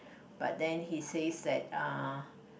but then he says that uh